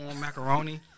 macaroni